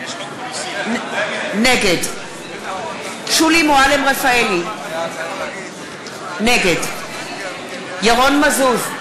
נגד שולי מועלם-רפאלי, נגד ירון מזוז,